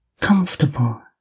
comfortable